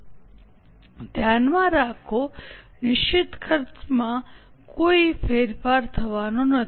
સ્લાઇડનો સંદર્ભ લો ૨27૨ 28 ધ્યાનમાં રાખો નિશ્ચિત ખર્ચમાં કોઈ ફેરફાર થવાનો નથી